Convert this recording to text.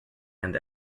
and